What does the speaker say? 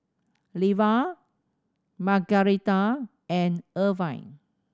Leva Margaretha and Erwin